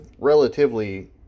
relatively